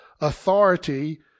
authority